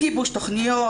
גיבוש תכניות,